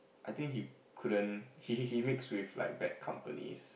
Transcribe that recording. I think he couldn't he he mix with like bad company